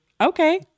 Okay